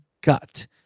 gut